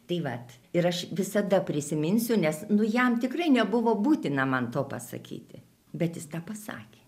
tai vat ir aš visada prisiminsiu nes nu jam tikrai nebuvo būtina man to pasakyti bet tą pasakė